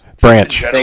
Branch